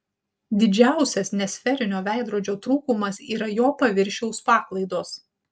didžiausias nesferinio veidrodžio trūkumas yra jo paviršiaus paklaidos